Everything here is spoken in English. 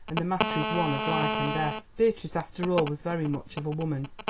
and the matter is one of life and death. beatrice after all was very much of a woman,